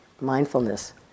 mindfulness